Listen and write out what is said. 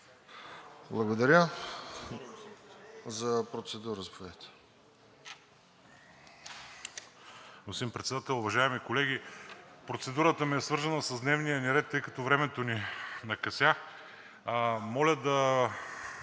Благодаря. За процедура, заповядайте.